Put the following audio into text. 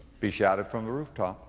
be shouted from the rooftop.